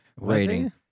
rating